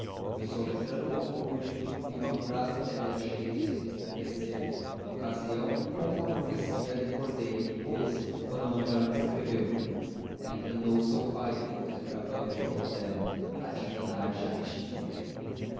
fui soletrando como pude e uma frase que ali achei fêz me estremecer na ocasião como uma profecia recordei a depois quando ângela me escreveu ela enganou seu pai diz brabantio a otelo há de enganar te a ti também